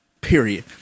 period